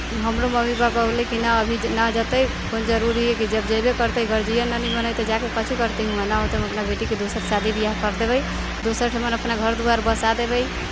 हमरो mummy papa बोललै कि नहि अभी नहि जेतै कोन जरूरी हइ कि जब जेबे करतै गार्जिअन नहि नीमन हइ तऽ जाकऽ कोची करतै हुवाँ नहि होतै तऽ हम अपना बेटीके दोसर शादी बिआह करि देबै दोसर ठमन अपना घर दुआर बसा देबै